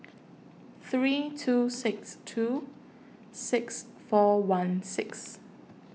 three two six two six four one six